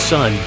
Son